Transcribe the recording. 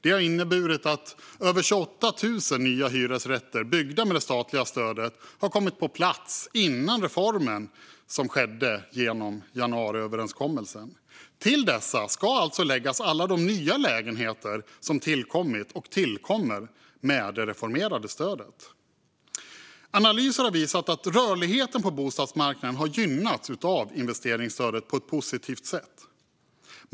Det har inneburit att över 28 000 nya hyresrätter byggda med det statliga stödet kom på plats redan före reformen som skedde genom januariöverenskommelsen. Till dessa ska alltså läggas alla de nya lägenheter som tillkommit och tillkommer med det reformerade stödet. Analyser har visat att rörligheten på bostadsmarknaden har gynnats av investeringsstödet, på ett positivt sätt.